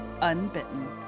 unbitten